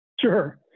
Sure